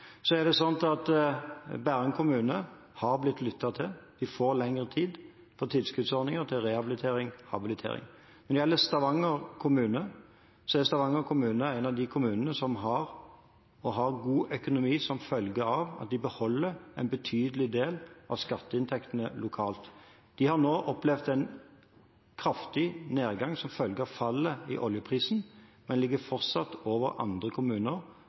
kommune har blitt lyttet til. De får lengre tid, og de får tilskuddsordninger til rehabilitering og habilitering. Når det gjelder Stavanger kommune, er det en av kommunene som har god økonomi som følge av at de beholder en betydelig del av skatteinntektene lokalt. De har nå opplevd en kraftig nedgang som følge av fallet i oljeprisen, men ligger fortsatt over andre kommuner